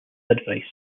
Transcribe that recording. advice